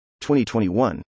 2021